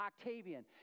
Octavian